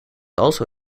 also